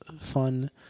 fun